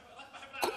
זה לא רק בחברה הערבית.